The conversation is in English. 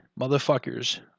motherfuckers